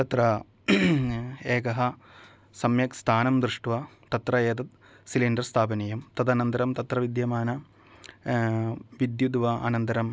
तत्र एकः सम्यक् स्थानं दृष्ट्वा तत्र यत् सिलिण्डर् स्थापनीयं तदनन्तरं तत्र विद्यमान विद्युद्वा अनन्तरं